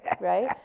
right